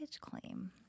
claim